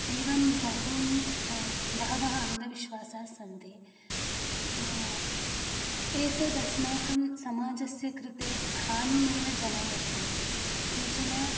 एवं बहूनि बहवः अन्धविश्वासः सन्ति एतदस्माकं समाजस्य कृते हानिमेव जनयति केचन